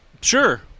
Sure